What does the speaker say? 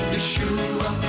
Yeshua